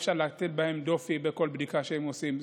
אי-אפשר להטיל בהם דופי בכל בדיקה שהם עושים.